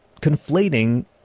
conflating